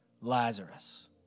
Lazarus